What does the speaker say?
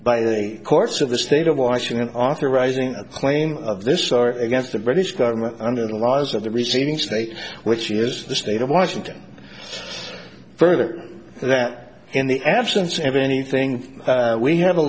by the way course of the state of washington authorizing a claim of this or against the british government under the laws of the receiving state which is the state of washington further that in the absence of anything we ha